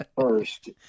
first